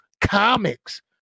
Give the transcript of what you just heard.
comics